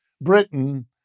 Britain